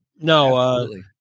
no